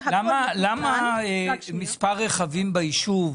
למה מספר רכבים ביישוב,